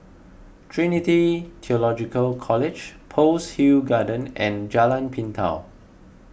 Trinity theological College Pearl's Hill Road and Jalan Pintau